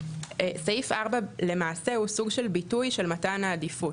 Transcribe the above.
סעיף 4 למעשה הוא סוג של ביטוי של מתן העדיפות.